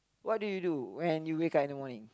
what do you do when you wake up in the morning